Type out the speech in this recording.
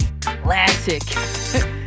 classic